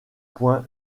point